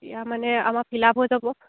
এতিয়া মানে আমাৰ ফিল আপ হৈ যাব